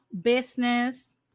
business